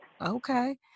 Okay